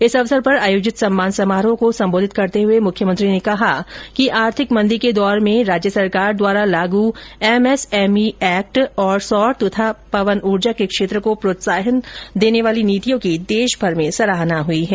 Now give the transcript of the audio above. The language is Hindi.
इस अवसर पर आयोजित सम्मान समारोह को संबोधित करते हुए मुख्यमंत्री ने कहा कि आर्थिक मंदी के दौर में राजस्थान सरकार द्वारा लागू एमएसएमई एक्ट और सौर तथा पवन ऊर्जा के क्षेत्र को प्रोत्साहन देने वाली नीतियों की देशभर में सराहना हुई है